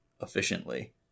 efficiently